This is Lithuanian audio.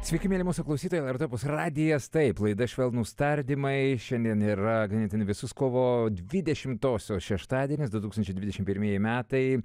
sveiki mieli mūsų klausytojai lrt opus radijas taip laida švelnūs tardymai šiandien yra ganėtinai vėsus kovo dvidešimtosios šeštadienis du tūkstančiai dvidešimt pirmieji metai